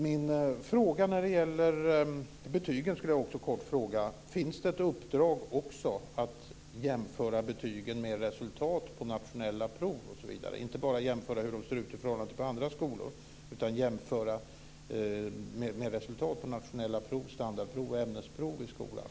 Min fråga när det gäller betygen är: Finns det ett uppdrag att jämföra betygen med resultat på nationella prov, att inte bara jämföra hur de ser ut i förhållande till betyg i andra skolor utan att jämföra med resultat på nationella prov, standardprov och ämnesprov i skolan?